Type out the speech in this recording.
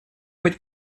быть